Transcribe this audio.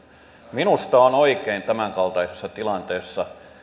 minusta on oikein tämänkaltaisessa tilanteessa